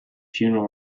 funeral